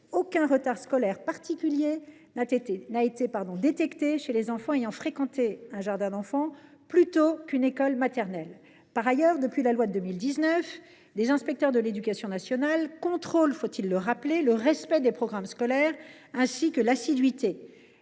qu’aucun retard scolaire particulier n’a été détecté chez les enfants ayant fréquenté un jardin d’enfants plutôt qu’une école maternelle. Par ailleurs, depuis la loi de 2019, les inspecteurs de l’éducation nationale contrôlent le respect des programmes scolaires et l’assiduité.